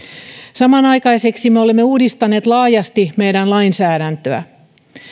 samanaikaisesti me olemme uudistaneet laajasti meidän lainsäädäntöämme